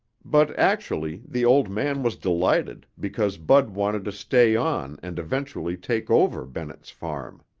but actually the old man was delighted because bud wanted to stay on and eventually take over bennett's farm.